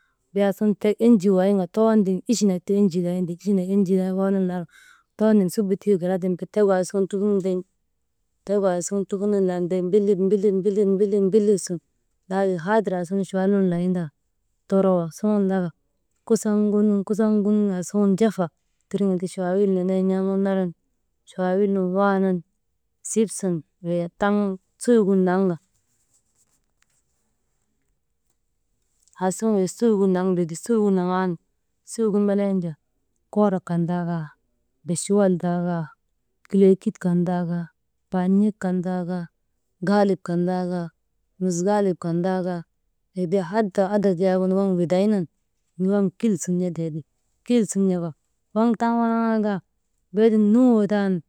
Wujaa aasuŋun tek enjii layin ka toŋon tiŋ ichi nak ti enjii layin te, ichi nak enjii nenee waanan laka, too ni subu tii ka garaa tiŋ tek «hesitation» aasuŋun trubunun laa tiŋ bee mbillit, mbillit, mbillit sun laatiŋ haadir aasuŋ chuwal nun layin taani, toroo suŋun laka, kusan, ŋonun, kusan ŋonun aasuŋun jafa tiriŋka ti chawaawil nenee n̰aaman naran, chawaawil nun waanan sip sun wey taŋ suugin naŋka, aasuŋun wey suugin naŋtee ti suugin naŋaanu, suugu melen jaa koorok kan taakaa, be chuwal taakaa, kileekik kan kan taa kaa, paaniyek kan taakaa, gaalip kan taa kaa, nus gaalib kan taa kaa, wujaa habaa yak waŋ widaynun mii waŋgu kil sun n̰oteeti, kil sun n̰oka waŋ taŋ wanaŋaakaa, beedun nuŋoo taa nu.